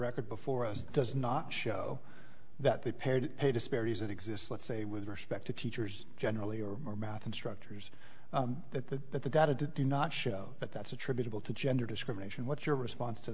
record before us does not show that they paired pay disparities that exist let's say with respect to teachers generally or more math instructors that the that the data do not show that that's attributable to gender discrimination what's your response to